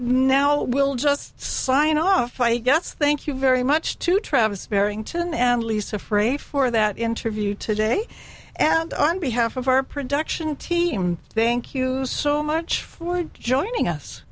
no we'll just sign off i guess thank you very much to travis barrington and lisa frey for that interview today and on behalf of our production team thank you so much for joining us